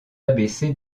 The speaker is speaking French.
abaissé